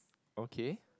okay